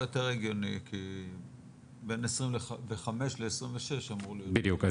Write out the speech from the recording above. יותר הגיוני בין 2025 ל- 2026. בדיוק,